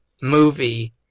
movie